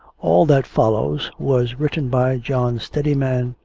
all that follows, was written by john steadiman,